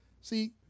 see